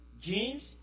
James